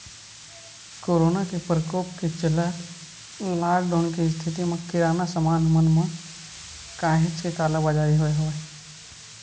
corona के परकोप के चलत लॉकडाउन के इस्थिति म किराना समान मन म काहेच के कालाबजारी होय हवय